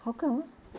how come ah